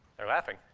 they're laughing.